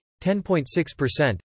10.6%